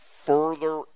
further